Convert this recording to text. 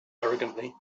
arrogantly